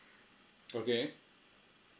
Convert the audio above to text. okay